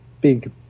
big